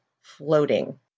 floating